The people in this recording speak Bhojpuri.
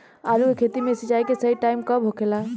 आलू के खेती मे सिंचाई के सही टाइम कब होखे ला?